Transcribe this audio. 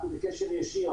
אנחנו בקשר ישיר